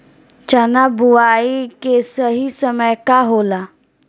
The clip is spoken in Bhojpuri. चना बुआई के सही समय का होला?